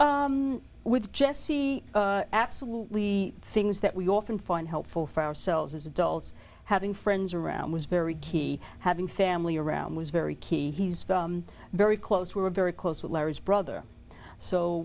e with jesse absolutely things that we often find helpful for ourselves as adults having friends around was very key having family around was very key he's very close we're very close with larry's brother so